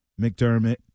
McDermott